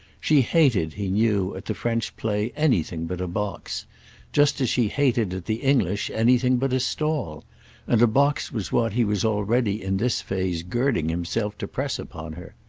she hated, he knew, at the french play, anything but a box just as she hated at the english anything but a stall and a box was what he was already in this phase girding himself to press upon her.